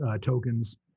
tokens